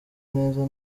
neza